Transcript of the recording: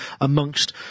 amongst